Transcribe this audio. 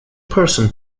person